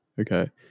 okay